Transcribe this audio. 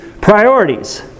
priorities